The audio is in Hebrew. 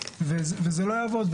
זה לא יעבוד אחרת.